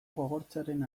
gogortzaren